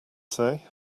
say